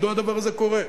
מדוע הדבר הזה קורה?